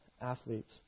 athletes